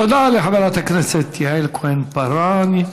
תודה לחברת הכנסת יעל כהן-פארן.